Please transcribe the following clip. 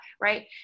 right